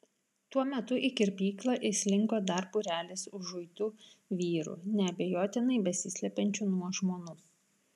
tuo metu į kirpyklą įslinko dar būrelis užuitų vyrų neabejotinai besislepiančių nuo žmonų